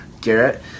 Garrett